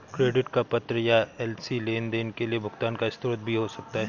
credit का पत्र या एल.सी लेनदेन के लिए भुगतान का स्रोत भी हो सकता है